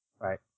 right